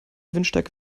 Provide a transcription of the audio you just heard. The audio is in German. windstärke